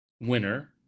winner